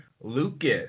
lucas